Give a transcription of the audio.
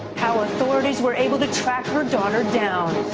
how authorities were able to track her daughter down.